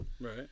Right